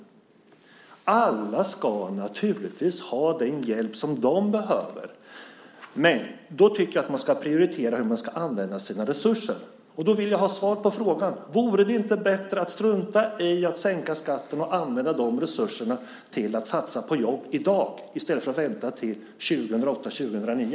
Alla ska naturligtvis ha den hjälp som de behöver. Men då tycker jag att man ska prioritera hur man ska använda sina resurser, och då vill jag ha svar på frågan: Vore det inte bättre att strunta i att sänka skatten och använda de resurserna till att satsa på jobb i dag i stället för att vänta till 2008-2009?